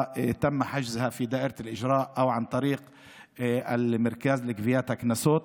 שלהם נשלל על ידי ההוצאה לפועל או דרך המרכז לגביית קנסות.